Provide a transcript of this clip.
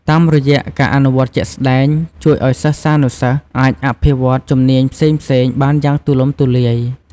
តាមរយៈការអនុវត្តជាក់ស្តែង ជួយអោយសិស្សានុសិស្សអាចអភិវឌ្ឍជំនាញផ្សេងៗបានយ៉ាងទូលំទូលាយ។